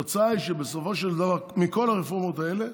התוצאה היא שבסופו של דבר, מכל הרפורמות האלה